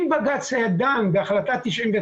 אם בג"צ היה דן בהחלטה 99',